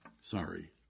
Sorry